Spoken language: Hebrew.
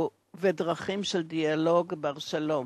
ובדרכים של דיאלוג בשלום.